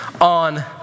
on